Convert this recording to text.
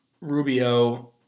Rubio